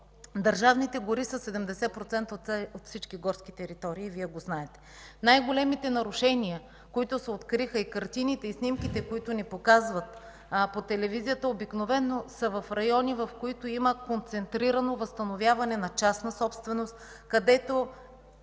Държавните гори са до 70% от всички горски територии и Вие го знаете. Най-големите нарушения, които се откриха, картините и снимките, които ни показват по телевизията, обикновено са в райони, където има концентрирано възстановяване на частна собственост, където